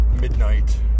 midnight